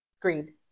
Greed